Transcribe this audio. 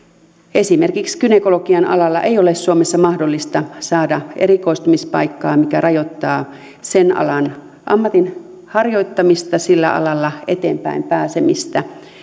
esimerkiksi gynekologian alalla ei ole suomessa mahdollista saada erikoistumispaikkaa mikä rajoittaa sen alan ammatin harjoittamista sillä alalla eteenpäin pääsemistä